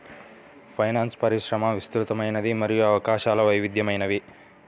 finance పరిశ్రమ విస్తృతమైనది మరియు అవకాశాలు వైవిధ్యమైనవి